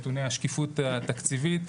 נתוני השקיפות התקציבית,